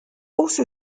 also